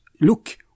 look